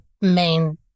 main